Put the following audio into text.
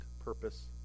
purpose